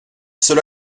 cela